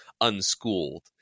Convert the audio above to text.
Unschooled